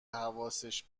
حواسش